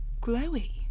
glowy